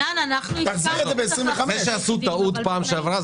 זה שעשו טעות בפעם שעברה,